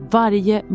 varje